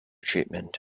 treatment